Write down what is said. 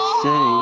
say